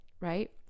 right